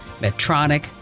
Medtronic